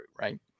right